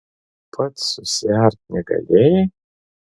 pats susiart negalėjai